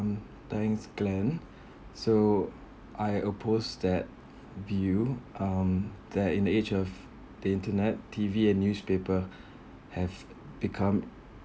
mm thanks glen so I oppose that view um that in age of the internet T_V and newspaper have become